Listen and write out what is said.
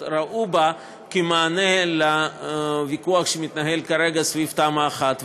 ראו בה מענה לוויכוח שמתנהל כרגע סביב תמ"א 1,